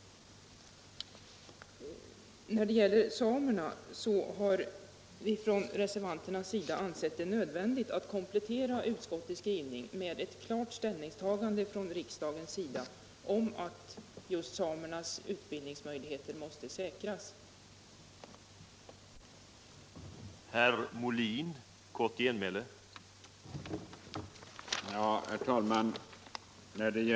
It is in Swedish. När det gäller samerna har reservanter ansett det nödvändigt att komplettera utskottsmajoritetens skrivning med ett klart ställningstagande från riksdagen om att samerna tillförsäkras rätt till studiestöd även för sina specifika utbildningar.